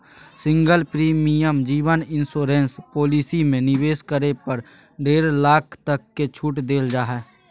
single premium जीवन insurance policy में निवेश करे पर डेढ़ लाख तक के छूट देल जा हइ